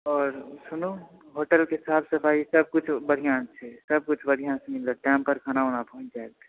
आओर सुनू होटल के साफ सफाई सब कुछ बढ़िऑं छै सब कुछ बढ़िऑं सँ मिलत टाइम पर खाना वाना मिल जायत